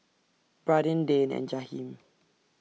Bradyn Dayne and Jahiem